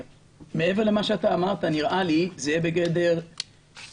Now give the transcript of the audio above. מעבר למה שאמרת, נראה לי שזה יהיה בגדר מוסיף